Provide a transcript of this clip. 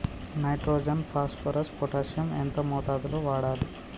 Nitrogen phosphorus potassium ఎంత మోతాదు లో వాడాలి?